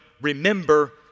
remember